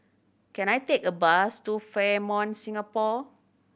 can I take a bus to Fairmont Singapore